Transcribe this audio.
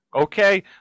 okay